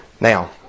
Now